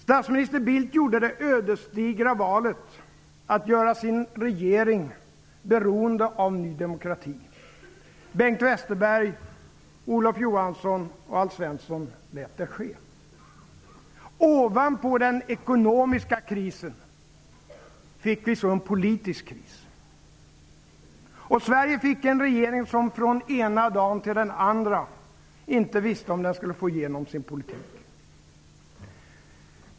Statsminister Bildt gjorde det ödesdigra valet att göra sin regering beroende av Ny demokrati. Bengt Westerberg, Olof Johansson och Alf Svensson lät det ske. Ovanpå den ekonomiska krisen fick vi en politisk kris. Och Sverige fick en regering som från den ena dagen till den andra inte visste om den skulle få igenom sin politik.